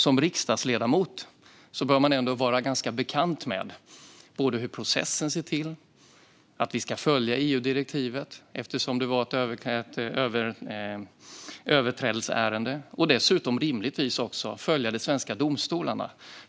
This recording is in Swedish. Som riksdagsledamot bör man ändå vara ganska bekant med hur processen ser till att vi ska följa EU-direktivet, eftersom det var ett överträdelseärende, och dessutom rimligtvis följa de svenska domstolarna.